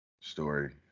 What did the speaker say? story